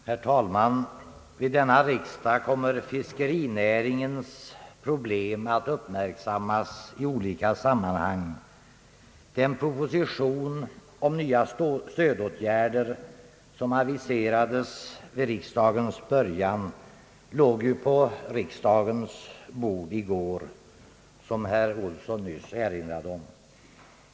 Herr talman! Vid denna riksdag uppmärksammas fiskerinäringens problem i olika sammanhang. Den proposition om nya stödåtgärder som aviserades vid riksdagens början låg på riksdagens bord i går, som herr Ernst Olsson nyss erinrat om.